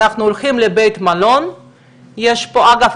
כשאנחנו הולכים לבית מלון יש אגב,